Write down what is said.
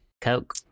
Coke